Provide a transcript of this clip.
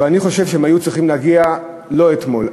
אבל אני חושב שהם היו צריכים להגיע לא אתמול,